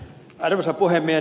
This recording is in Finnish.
arvoisa puhemies